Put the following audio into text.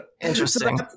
Interesting